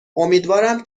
امیدوارم